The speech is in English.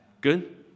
Good